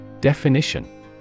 Definition